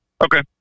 Okay